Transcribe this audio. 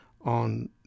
on